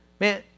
Man